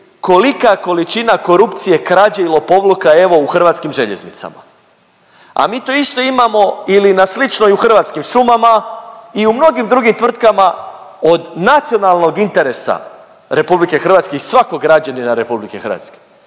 kolika količina korupcije, krađe i lopovluka evo u Hrvatskim željeznicama, a mi to isto imamo ili na slično i u Hrvatskim šumama i u mnogim drugim tvrtkama od nacionalnog interesa RH i svakog građanina RH i to